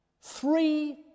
Three